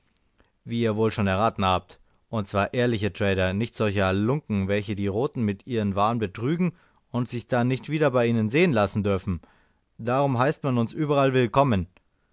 wie ihr wohl schon erraten habt und zwar ehrliche trader nicht solche halunken welche die roten mit ihren waren betrügen und sich dann nicht wieder bei ihnen sehen lassen dürfen darum heißt man uns überall willkommen